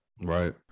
Right